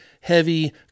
heavy